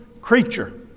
creature